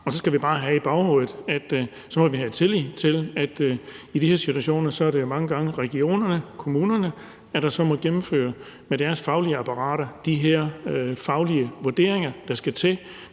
Og så skal vi bare have i baghovedet, at vi må have tillid til, at det i de her situationer mange gange er regionerne og kommunerne, der med deres faglige apparater må gennemføre de her faglige vurderinger, der skal til,